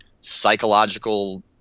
psychological